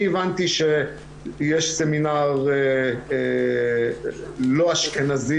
אני הבנתי שיש סמינר לא אשכנזי,